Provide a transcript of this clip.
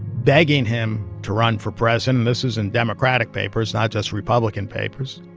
begging him to run for president and this is in democratic papers, not just republican papers.